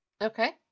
Okay